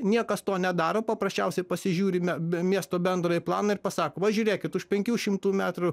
niekas to nedaro paprasčiausiai pasižiūrime miesto bendrąjį planą ir pasako va žiūrėkit už penkių šimtų metrų